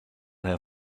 herrn